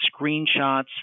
screenshots